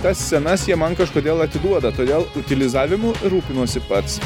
tas senas jie man kažkodėl atiduoda todėl utilizavimu rūpinuosi pats